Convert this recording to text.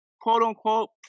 quote-unquote